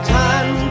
time